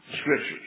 scriptures